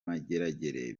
mageragere